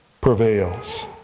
prevails